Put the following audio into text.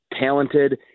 talented